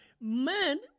men